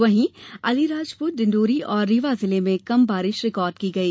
वहीं अलीराजपुर डिण्डोरी और रीवा जिले में कम वर्षा रिकार्ड की गई